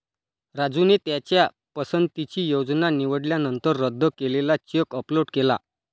राजूने त्याच्या पसंतीची योजना निवडल्यानंतर रद्द केलेला चेक अपलोड केला